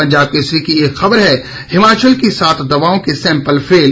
पंजाब केसरी की एक खबर है हिमाचल की सात दवाओं के सैम्पल फेल